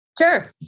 Sure